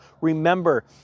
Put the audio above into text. Remember